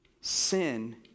sin